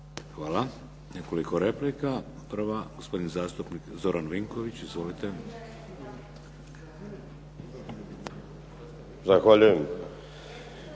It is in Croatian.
Hvala. Nekoliko replika. Prva, gospodin zastupnik Zoran Vinković. Izvolite. **Vinković,